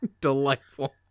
delightful